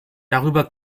darüber